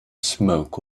smoke